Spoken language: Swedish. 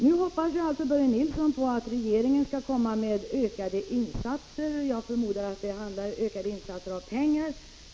Nu hoppas Börje Nilsson att regeringen skall komma med ökade insatser. Jag förmodar att det gäller ökade insatser av pengar.